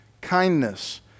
kindness